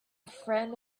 friend